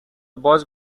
باز